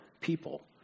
people